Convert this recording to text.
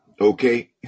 okay